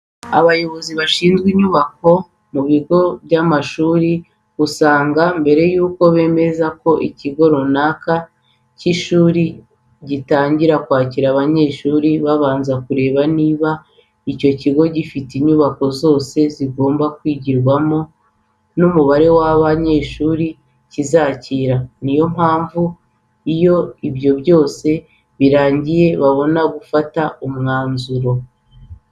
Abayobozi bashinzwe inyubako mu bigo by'amashuri usanga mbere yuko bemeza ko ikigo runaka cy'ishuri gitangira kwakira abanyeshuri, babanza kureba niba icyo kigo gifite inyubako zose zigomba kwigirwamo n'umubare w'abanyeshuri kizakira. Niyo mpamvu iyo ibyo byose birangiye babona gufata umwanzuro.